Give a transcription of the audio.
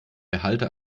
behalte